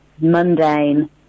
mundane